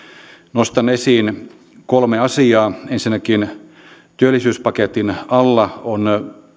nostan esiin kolme asiaa ensinnäkin työllisyyspaketin alla on